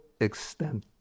extent